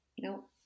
Nope